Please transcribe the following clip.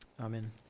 Amen